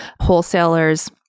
wholesaler's